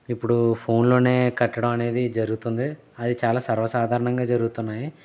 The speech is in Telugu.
ఇప్పుడు ఫోన్ లోనే కట్టడం అనేది జరుగుతుంది అది చాలా సర్వసాధారణంగా జరుగుతున్నాయి